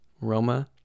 Roma